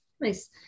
Nice